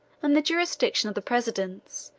and the jurisdiction of the presidents,